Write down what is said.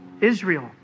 Israel